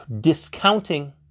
discounting